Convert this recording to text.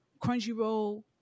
Crunchyroll